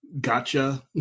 gotcha